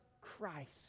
Christ